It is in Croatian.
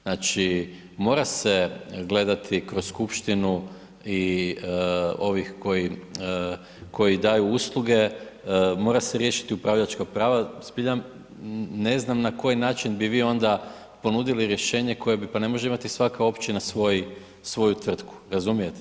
Znači, mora se gledati kroz skupštinu i ovih koji daju usluge, mora se riješiti upravljačka prava, zbilja ne znam na koji način bi vi onda ponudili rješenje koje bi, pa ne može imati svaka općina svoju tvrtku, razumijete?